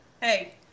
Hey